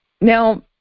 Now